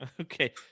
Okay